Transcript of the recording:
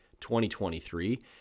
2023